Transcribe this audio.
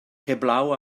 heblaw